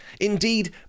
Indeed